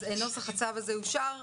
אז נוסח הצו הזה אושר.